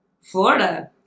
Florida